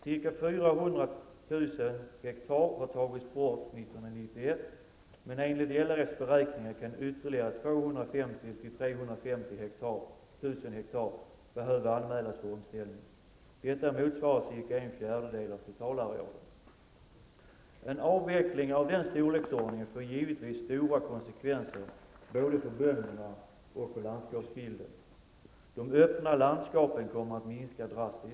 Ca 400 000 hektar har tagits bort 1991, men enligt LRFs beräkningar kan ytterligare 250 000--350 000 hektar behöva anmälas för omställning. Detta motsvarar cirka en fjärdedel av totalarealen. En avveckling av den storleksordningen får givetvis stora konsekvenser för både bönderna och landskapsbilden. De öppna landskapen kommer att minska drastiskt.